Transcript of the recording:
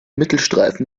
mittelstreifen